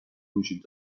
وجود